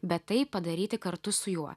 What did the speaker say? bet tai padaryti kartu su juo